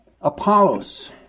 Apollos